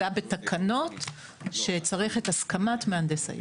זה היה בתקנות, שצריך את הסכמת מהנדס העיר.